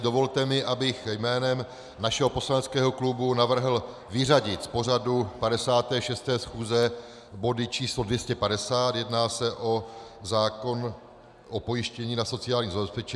Dovolte mi, abych jménem našeho poslaneckého klubu navrhl vyřadit z pořadu 56. schůze body č. 250 jedná se o zákon o pojištění na sociální zabezpečení.